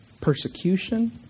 Persecution